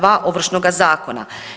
2. Ovršnoga zakona.